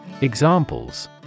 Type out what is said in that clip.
Examples